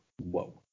whoa